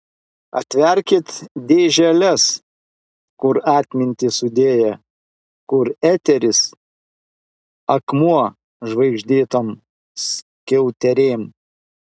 atverkit dėželes kur atmintį sudėję kur eteris akmuo žvaigždėtom skiauterėm